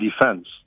defense